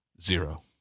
Zero